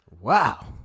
Wow